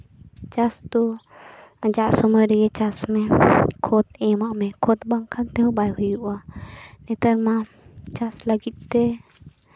ᱪᱟᱥ ᱫᱚ ᱫᱟᱜ ᱥᱚᱢᱚᱭ ᱨᱮᱜᱮ ᱪᱟᱥ ᱢᱮ ᱠᱷᱚᱛ ᱮᱢᱟᱜ ᱢᱮ ᱠᱷᱚᱛ ᱵᱟᱝᱠᱷᱟᱱ ᱛᱮᱦᱚᱸ ᱵᱟᱝ ᱦᱩᱭᱩᱜᱼᱟ ᱱᱮᱛᱟᱨ ᱢᱟ ᱪᱟᱥ ᱞᱟᱹᱜᱤᱫ ᱛᱮ